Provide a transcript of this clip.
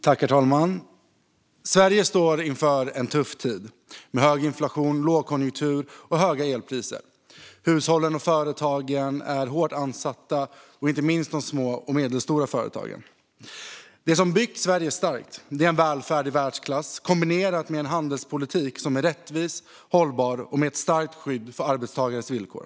Herr talman! Sverige står inför en tuff tid med hög inflation, lågkonjunktur och höga elpriser. Hushållen och företagen är hårt ansatta. Det gäller inte minst de små och medelstora företagen. Det som har byggt Sverige starkt är en välfärd i världsklass kombinerat med en handelspolitik som är rättvis, hållbar och ger ett starkt skydd för arbetstagares villkor.